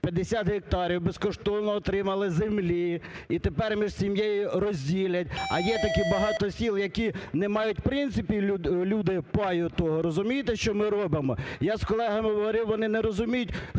50 гектарів безкоштовно отримали землі і тепер між сім'єю розділять. А є такі багато сіл, які не мають в принципі люди паю того, розумієте, що ми робимо? Я з колегами говорив, вони не розуміють,